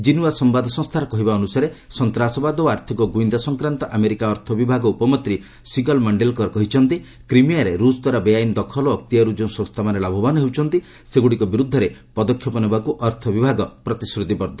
Xinhua ସମ୍ବାଦ ସଂସ୍ଥାର କହିବା ଅନୁସାରେ ସନ୍ତାସବାଦ ଓ ଆର୍ଥକ ଗୁଇନ୍ଦା ସଂକ୍ରାନ୍ତ ଆମେରିକା ଅର୍ଥ ବିଭାଗ ଉପମନ୍ତ୍ରୀ ସିଗଲ ମଣ୍ଡଲେକର୍ କହିଛନ୍ତି କ୍ରିମିଆରେ ରୁଷ ଦ୍ୱାରା ବେଆଇନ୍ ଦଖଲ ଓ ଅକ୍ତିଆରରୁ ଯେଉଁ ସଂସ୍ଥାମାନେ ଲାଭବାନ ହେଉଛନ୍ତି ସେଗୁଡ଼ିକ ବିରୁଦ୍ଧରେ ପଦକ୍ଷେପ ନେବାକୁ ଅର୍ଥ ବିଭାଗ ପ୍ରତିଶ୍ରତିବଦ୍ଧ